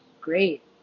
Great